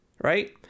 Right